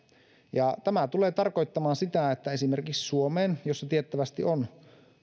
tämä tulee tarkoittamaan sitä että esimerkiksi suomeen jossa tiettävästi on